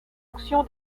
fonction